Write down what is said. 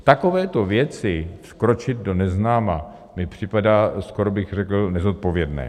V takovéto věci vkročit do neznáma mi připadá... skoro bych řekl nezodpovědné.